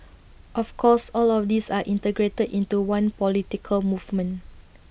of course all of these are integrated into one political movement